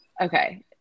okay